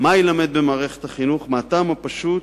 מה יילמד במערכת החינוך, מהטעם הפשוט,